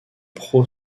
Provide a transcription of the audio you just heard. pro